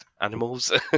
animals